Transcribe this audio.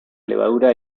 levadura